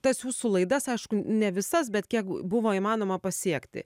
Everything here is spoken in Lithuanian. tas jūsų laidas aišku ne visas bet kiek buvo įmanoma pasiekti